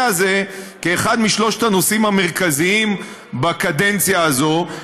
הזה כאחד משלושת המרכזיים בקדנציה הזאת,